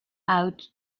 out